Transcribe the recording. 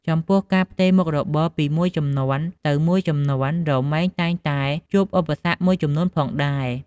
ចំពោះការផ្ទេរមុខរបរពីមួយជំនាន់ទៅមួយជំនាន់រមែងតែងតែជួបឧបសគ្គមួយចំនួនផងដែរ។